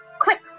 Quick